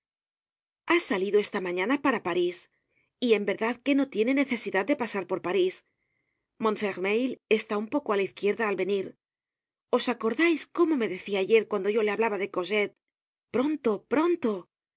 ha salido esta mañana para parís y en verdad que no tiene necesidad de pasar por parís montfermeil está un poco á la izquierda al venir os acordais cómo me decia ayer cuando yo le hablaba de cosette pronto pronto me